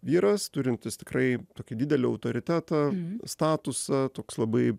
vyras turintis tikrai tokį didelį autoritetą statusą toks labai